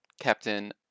Captain